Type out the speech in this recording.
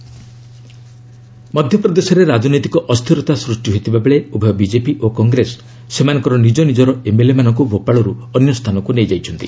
Madhya Pradesh MLA ମଧ୍ୟପ୍ରଦେଶରେ ରାଜନିତିକ ଅସ୍ଥିରତା ସୃଷ୍ଟି ହୋଇଥିବାବେଳେ ଉଭୟ ବିଜେପି ଓ କଂଗ୍ରେସ ସେମାନଙ୍କର ନିଜ ନିଜର ଏମ୍ଏଲ୍ଏମାନଙ୍କ ଭୋପାଳରୁ ଅନ୍ୟ ସ୍ଥାନକୁ ନେଇଯାଇଛନ୍ତି